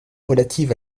relative